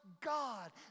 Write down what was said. God